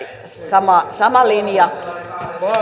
sama sama linja